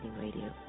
Radio